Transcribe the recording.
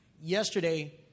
Yesterday